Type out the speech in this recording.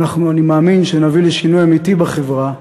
אני מאמין שנביא לשינוי אמיתי בחברה.